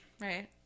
Right